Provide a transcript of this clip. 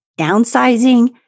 downsizing